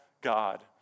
God